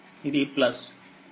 ఇది ప్లస్ ఇది మైనస్